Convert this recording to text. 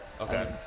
Okay